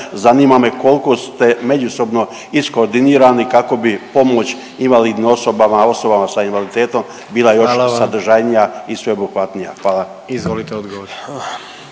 Zanima me koliko ste međusobno iskoordinirani kako bi pomoć invalidnim osobama, osobama sa invaliditetom bila još …/Upadica: Hvala vam./… sadržajnija i sveobuhvatnija. Hvala. **Jandroković,